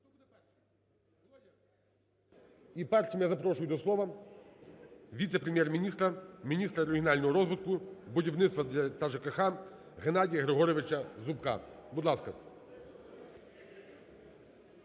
І першим я запрошую до слова віце-прем'єр-міністра – міністра регіонального розвитку, будівництва та ЖКГ Геннадія Григоровича Зубка. Будь ласка.